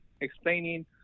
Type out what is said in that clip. explaining